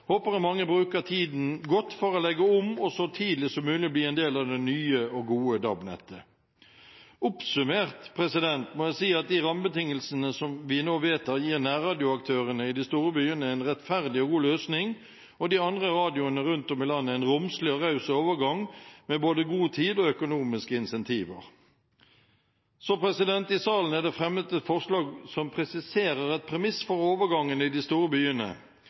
håper jeg at mange bruker tiden godt for å legge om og så tidlig som mulig bli en del av det nye og gode DAB-nettet. Oppsummert må jeg si at de rammebetingelsene som vi nå vedtar, gir nærradioaktørene i de store byene en rettferdig og god løsning og de andre radioene rundt om i landet en romslig og raus overgang, med både god tid og økonomiske incentiver. I salen er det fremmet et forslag som presiserer et premiss for overgangen i de store byene.